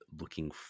looking